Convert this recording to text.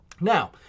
Now